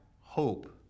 hope